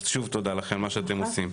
אז שוב תודה לכם על מה שאתם עושים.